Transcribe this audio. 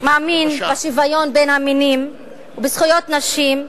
מאמין בשוויון בין המינים, ובזכויות נשים,